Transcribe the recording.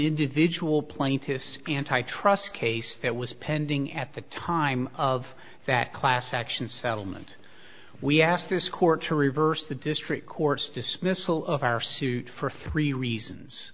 individual plaintiffs antitrust case that was pending at the time of that class action settlement we asked this court to reverse the district court's dismissal of our suit for three reasons